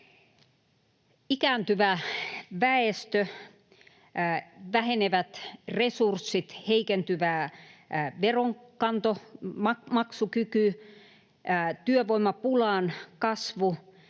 Ikääntyvä väestö, vähenevät resurssit, heikentyvä veronkantomaksukyky, työvoimapulan kasvu